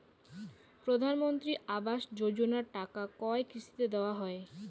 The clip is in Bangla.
প্রধানমন্ত্রী আবাস যোজনার টাকা কয় কিস্তিতে দেওয়া হয়?